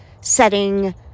setting